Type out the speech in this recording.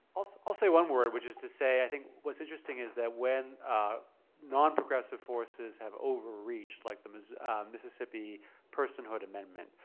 i'll so i'll say one word, which is to say, i think what's interesting is that when non progressive forces have overreached like them as mississippi personhood amendment.